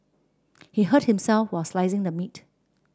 he hurt himself while slicing the meat